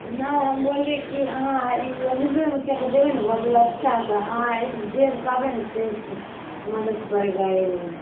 नहि हम बोलली की अहाँ ई रविन्द्र मुखिआ के देबै ने भोट ओ अच्छा है तऽ अहाँ जे कहबै ने से मदद करे गरीब रऽ